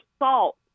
salt